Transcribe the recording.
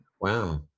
wow